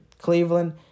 Cleveland